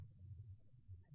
2𝑉1 க்கு சமம்